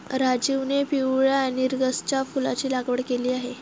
राजीवने पिवळ्या नर्गिसच्या फुलाची लागवड केली आहे